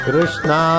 Krishna